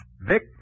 Vic